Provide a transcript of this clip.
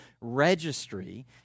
registry